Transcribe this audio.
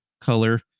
color